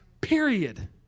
period